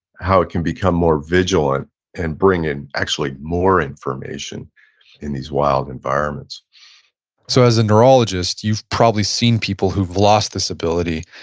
how it can become more vigilant and bringing actually more information in these wild environments so as a neurologist, you've probably seen people who've lost this ability.